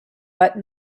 but